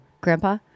Grandpa